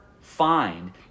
find